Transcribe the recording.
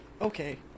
Okay